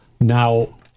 now